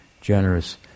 generous